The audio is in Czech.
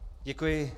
Děkuji.